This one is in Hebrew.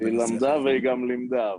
היא למדה והיא גם לימדה.